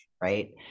right